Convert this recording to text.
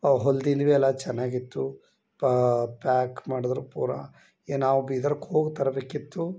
ಹೊಲ್ದಿದ್ ಭಿ ಎಲ್ಲ ಚೆನ್ನಾಗಿತ್ತು ಪ ಪ್ಯಾಕ್ ಮಾಡಿದ್ರು ಪೂರಾ ಏ ನಾವು ಬೀದರ್ಗ್ ಹೋಗಿ ತರಬೇಕಿತ್ತು